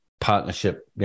partnership